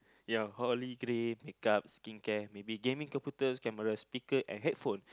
ya holy grail make up skin care maybe gaming computers speakers and headphone